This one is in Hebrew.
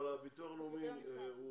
אבל הביטוח הלאומי,